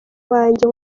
wanjye